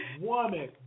woman